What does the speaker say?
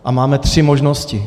A máme tři možnosti.